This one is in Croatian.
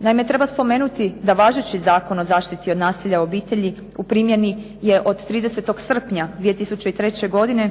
Naime, treba spomenuti da važeći Zakon o zaštiti od nasilja u obitelji u primjeni je od 30. srpnja 2003. godine